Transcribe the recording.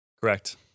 Correct